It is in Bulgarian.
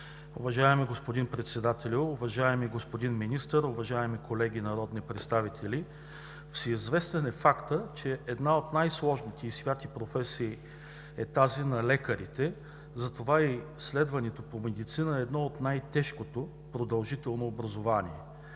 Уважаеми господин Председател, уважаеми господин Министър, уважаеми колеги народни представители! Всеизвестен е фактът, че една от най сложните и свети професии е тази на лекарите, затова и следването по медицина е едно от най-тежките, продължително образование.